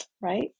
right